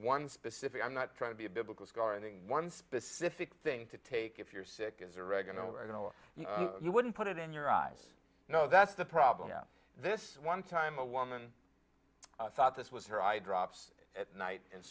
one specific i'm not trying to be a biblical scholar and one specific thing to take if you're sick is oregano right you wouldn't put it in your eyes no that's the problem this one time a woman thought this was her eye drops at night and